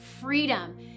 freedom